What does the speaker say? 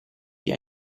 wie